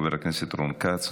חבר הכנסת רון כץ,